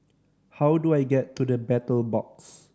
how do I get to The Battle Box